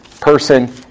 person